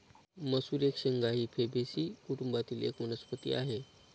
मसूर एक शेंगा ही फेबेसी कुटुंबातील एक वनस्पती आहे